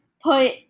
Put